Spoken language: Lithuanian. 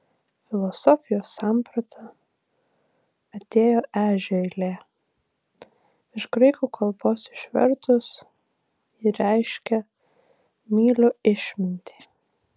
filosofijos samprata atėjo ežio eilė iš graikų kalbos išvertus ji reiškia myliu išmintį